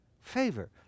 favor